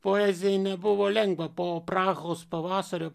poezijai nebuvo lengva po prahos pavasario